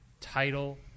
Title